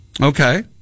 Okay